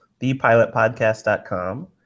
thepilotpodcast.com